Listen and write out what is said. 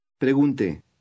Pregunte